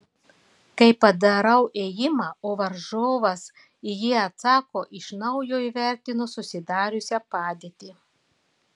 kai padarau ėjimą o varžovas į jį atsako iš naujo įvertinu susidariusią padėtį